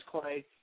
Clay